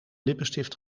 lippenstift